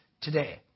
today